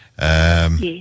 Yes